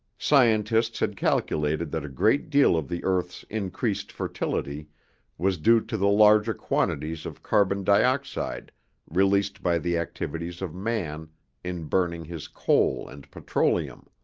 scientists had calculated that a great deal of the earth's increased fertility was due to the larger quantities of carbon dioxide released by the activities of man in burning his coal and petroleum.